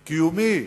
קיומי,